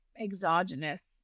exogenous